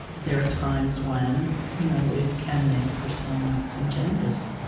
there are times when you know it can make for some some changes